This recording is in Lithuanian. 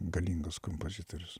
galingas kompozitorius